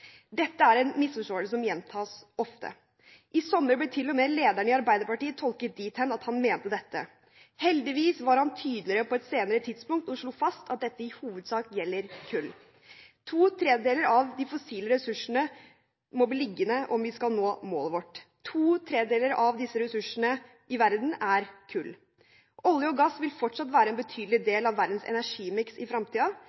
Dette er en misforståelse som gjentas ofte. I sommer ble til og med lederen i Arbeiderpartiet tolket dit hen at han mente dette. Heldigvis var han tydeligere på et senere tidspunkt og slo fast at dette i hovedsak gjelder kull. To tredjedeler av de fossile ressursene må bli liggende om vi skal nå målet vårt. To tredjedeler av disse ressursene i verden er kull. Olje og gass vil fortsatt være en betydelig